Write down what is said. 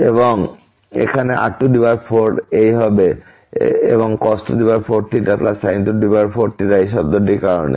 এবং এখানে r4 এই হবে এবং cos4 sin4 এই শব্দটির কারণে